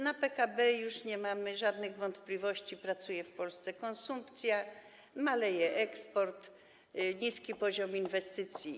Na PKB, już nie mamy żadnych wątpliwości, pracuje w Polsce konsumpcja, maleje eksport, jest niski poziom inwestycji.